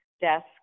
desk